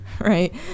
right